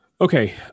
Okay